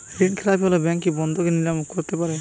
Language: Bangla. ঋণখেলাপি হলে ব্যাঙ্ক কি বন্ধকি সম্পত্তি নিলাম করতে পারে?